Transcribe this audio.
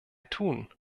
tun